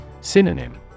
Synonym